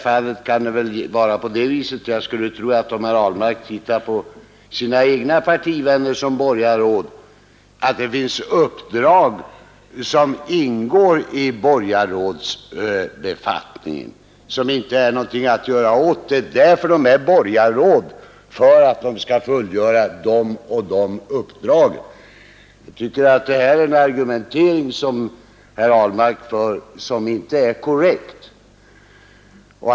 Jag skulle tro att om herr Ahlmark tittar på sina egna partivänner som är borgarråd så får han klart för sig att det finns uppdrag som ingår i borgarrådsuppdraget och som det inte är någonting att göra åt. Borgarråden har tillsatts för att de skall fullgöra de olika uppdragen. Jag tycker att herr Ahlmark här för en argumentering som inte är korrekt.